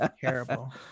Terrible